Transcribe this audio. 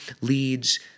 leads